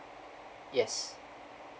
yes